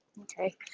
Okay